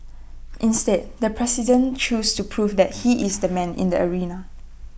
instead the president chose to prove that he is the man in the arena